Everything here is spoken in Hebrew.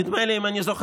נדמה לי סבידור,